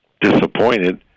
disappointed